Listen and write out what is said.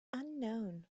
unknown